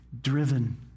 driven